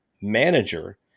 manager